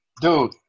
dude